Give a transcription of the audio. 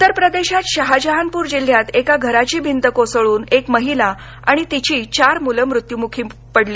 उत्तर प्रदेशात शहाजहानपूर जिल्ह्यात एका घराची भिंत कोसळून एक महिला आणि तिची चार मुलं मृत्यूमुखी पडली